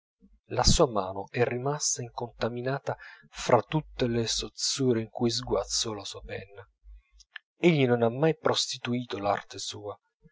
la sua mano è rimasta incontaminata fra tutte le sozzure in cui sguazzò la sua penna egli non ha mai prostituito l'arte sua